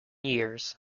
years